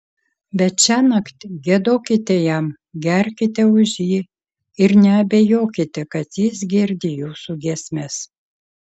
bet šiąnakt giedokite jam gerkite už jį ir neabejokite kad jis girdi jūsų giesmes